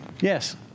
Yes